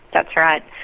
that's right.